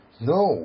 No